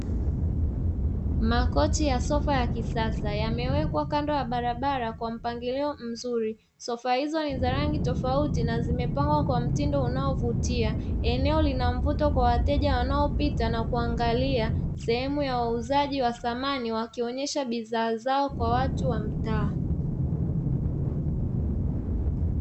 Makoti ya sofa ya kisasa yamewekwa kando ya barabara kwa mpangilio mzuri, sofa hizo ni za rangi tofauti na zimepangwa kwa mtindo unaovutia eneo lina mvuto kwa wateja wanaopita na kuangalia sehemu ya wauzaji wa samani wakionyesha bidhaa zao kwa watu wa mtaa.